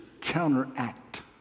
counteract